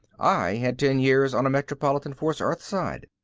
i had ten years on a metropolitan force, earthside.